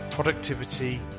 productivity